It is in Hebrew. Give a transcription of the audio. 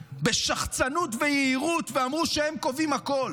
בשחצנות ויהירות ואמרו שהם קובעים הכול.